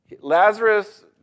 Lazarus